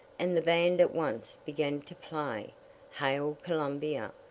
and the band at once began to play hail columbia.